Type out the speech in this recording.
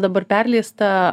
dabar perleista